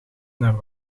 naar